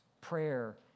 prayer